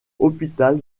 hospital